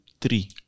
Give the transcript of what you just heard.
three